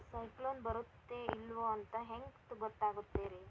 ಸೈಕ್ಲೋನ ಬರುತ್ತ ಇಲ್ಲೋ ಅಂತ ಹೆಂಗ್ ಗೊತ್ತಾಗುತ್ತ ರೇ?